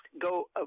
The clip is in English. go